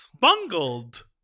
bungled